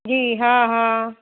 जी हा हा